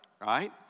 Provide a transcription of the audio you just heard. Right